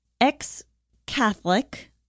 ex-Catholic